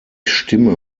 stimme